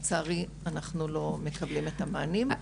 לצערי, אנחנו לא מקבלים את המענים.